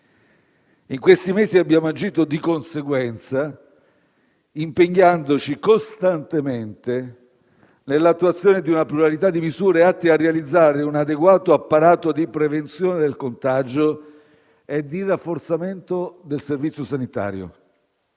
In questi mesi abbiamo agito di conseguenza, impegnandoci costantemente nell'attuazione di una pluralità di misure atte a realizzare un adeguato apparato di prevenzione del contagio e di rafforzamento del servizio sanitario.